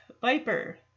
Viper